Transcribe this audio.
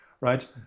right